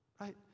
right